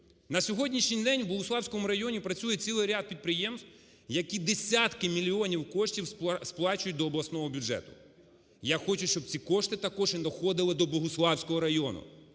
На сьогоднішній день в Богуславському районі працює цілий ряд підприємств, які десятки мільйонів коштів сплачують до обласного бюджету. Я хочу, щоб ці кошти також і доходили до Богуславського району.